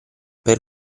per